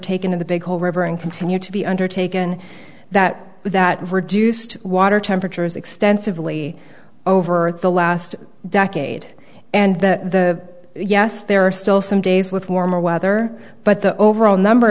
taken in the big whole river and continue to be undertaken that that reduced water temperatures extensively over the last decade and that the yes there are still some days with warmer weather but the overall number